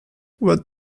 what